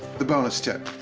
the bonus tip.